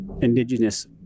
Indigenous